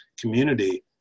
community